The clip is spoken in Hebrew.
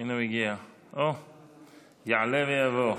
יעלה ויבוא.